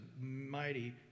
mighty